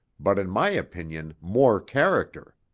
but in my opinion more character.